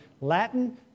Latin